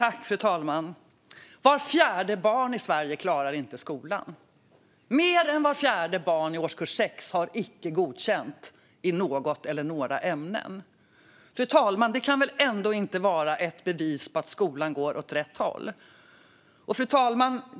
Fru talman! Vart fjärde barn i Sverige klarar inte skolan. Mer än vart fjärde barn i årskurs 6 har icke godkänt i något eller några ämnen. Det kan väl ändå inte vara ett bevis på att skolan går åt rätt håll? Fru talman!